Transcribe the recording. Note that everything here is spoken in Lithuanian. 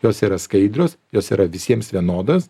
jos yra skaidrios jos yra visiems vienodas